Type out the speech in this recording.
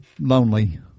lonely